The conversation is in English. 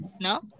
No